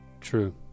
True